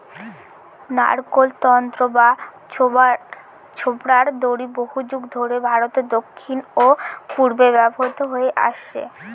নারকোল তন্তু বা ছোবড়ার দড়ি বহুযুগ ধরে ভারতের দক্ষিণ ও পূর্বে ব্যবহৃত হয়ে আসছে